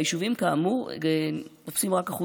היישובים, כאמור, תופסים רק 1%